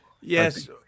Yes